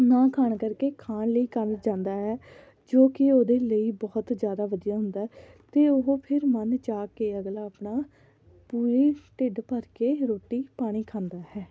ਨਾ ਖਾਣਾ ਕਰਕੇ ਖਾਣ ਲਈ ਕਰ ਜਾਂਦਾ ਹੈ ਜੋ ਕਿ ਉਹਦੇ ਲਈ ਬਹੁਤ ਜ਼ਿਆਦਾ ਵਧੀਆ ਹੁੰਦਾ ਅਤੇ ਉਹ ਫਿਰ ਮਨ ਚਾਹ ਕੇ ਅਗਲਾ ਆਪਣਾ ਪੂਰੀ ਢਿੱਡ ਭਰ ਕੇ ਰੋਟੀ ਪਾਣੀ ਖਾਂਦਾ ਹੈ